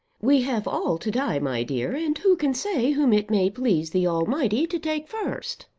we have all to die, my dear, and who can say whom it may please the almighty to take first?